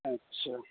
اچھا